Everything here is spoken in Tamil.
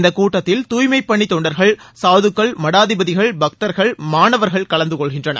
இந்தக் கூட்டத்தில் தூய்மைப் பணி தொண்டர்கள் சாதுக்கள் மடாதிபதிகள் பக்தர்கள் மாணவர்கள் கலந்து கொள்கின்றனர்